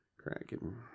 Cracking